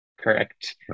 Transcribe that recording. Correct